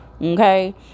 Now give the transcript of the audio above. Okay